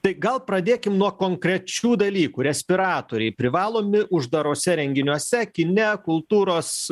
tai gal pradėkim nuo konkrečių dalykų respiratoriai privalomi uždaruose renginiuose kine kultūros